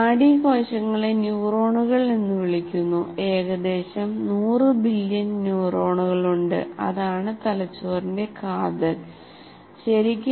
നാഡീകോശങ്ങളെ ന്യൂറോണുകൾ എന്ന് വിളിക്കുന്നു ഏകദേശം 100 ബില്ല്യൺ ന്യൂറോണുകളുണ്ട് അതാണ് തലച്ചോറിന്റെ കാതൽ ശരിക്കും